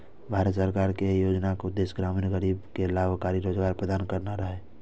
भारत सरकार के एहि योजनाक उद्देश्य ग्रामीण गरीब कें लाभकारी रोजगार प्रदान करना रहै